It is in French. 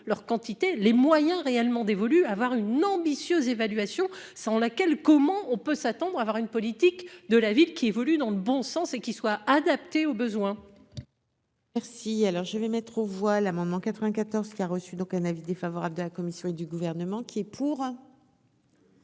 leur quantité les moyens réellement dévolu à avoir une ambitieuse évaluation sans laquelle, comment on peut s'attendre à avoir une politique de la ville, qui évolue dans le bon sens et qui soit adapté aux besoins. Merci, alors je vais mettre aux voix l'amendement 94 qui a reçu, donc un avis défavorable de la Commission et du gouvernement qui est pour.